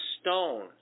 stone